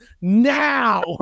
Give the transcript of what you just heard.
now